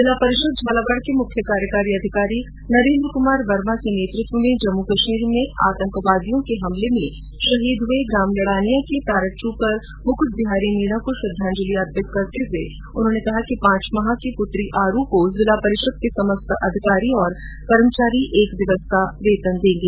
जिला परिषद् झालावाड़ के मुख्य कार्यकारी अधिकारी नरेन्द्र कुमार वर्मा के नेतृत्व में जम्मू कश्मीर में आतंकवादियो के हमले में शहीद हुए ग्राम लडानिया के पैराट्रपर मुक्ट बिहारी मीना को श्रद्वाजलि अर्पित करते हुए उनकी पांच माह की पुत्री आरू को जिला परिषद के समस्त अधिकारी एवं कर्मचारी एक दिवस का वेतन देंगे